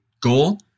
goal